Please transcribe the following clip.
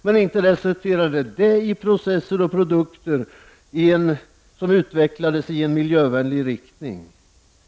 Men inte har det resulterat i att processer och produkter utvecklats i en miljövänlig riktning.